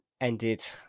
Ended